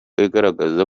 igaragaza